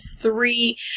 three